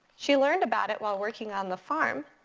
she learned about it while working on the farm.